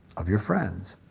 of your friends,